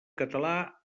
català